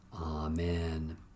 Amen